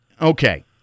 Okay